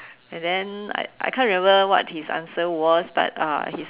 and then I I can't remember what his answer was but uh he